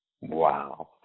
Wow